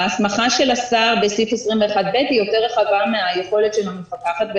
ההסמכה של השר בסעיף 21(ב) היא יותר רחבה מהיכולת של המפקחת,